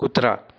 कुत्रा